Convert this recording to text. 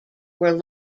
were